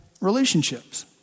relationships